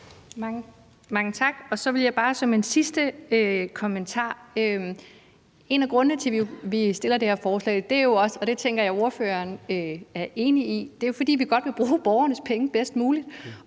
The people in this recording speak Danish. Mange tak. Så vil jeg bare som en sidste kommentar sige, at en af grundene til, at vi fremsætter det her forslag, jo også er – og det tænker jeg at ordføreren er enig i – at vi godt vil bruge borgernes penge bedst muligt.